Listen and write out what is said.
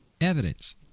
evidence